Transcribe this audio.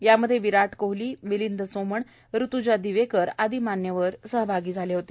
यामध्ये विराट कोहली मिलिंद सोमण ऋत्जा दिवेकर आदी मान्यवर सहभागी झाले होते